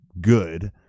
good